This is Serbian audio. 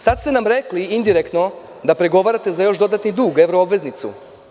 Sada ste nam rekli indirektno da pregovarate za još dodatni dug, evroobveznicu.